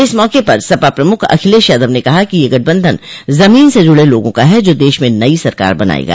इस मौके पर सपा प्रमुख अखिलेश यादव ने कहा कि यह गठबंधन जमीन से जुड़े लोगों का है जो देश में नई सरकार बनायेगा